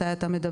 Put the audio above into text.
מתי את המדווח,